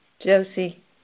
Josie